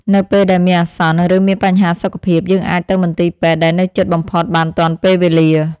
នៅពេលដែលមានអាសន្ន ឬមានបញ្ហាសុខភាព យើងអាចទៅមន្ទីរពេទ្យដែលនៅជិតបំផុតបានទាន់ពេលវេលា។